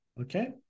okay